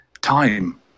time